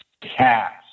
cast